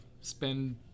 spend